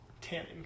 tanning